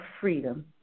freedom